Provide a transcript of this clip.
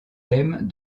thèmes